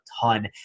ton